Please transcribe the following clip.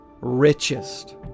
richest